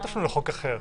אל תפנו לחוק אחר.